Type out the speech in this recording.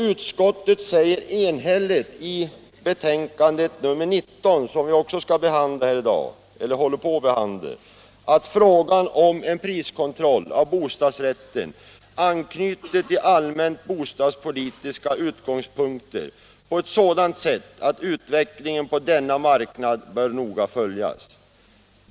Utskottet säger enhälligt i betänkandet nr 19, som vi också behandlar nu, att frågan om en priskontroll av bostadsrätten anknyter till allmänt bostadspolitiska utgångspunkter på ett sådant sätt att utvecklingen på denna marknad bör noga följas.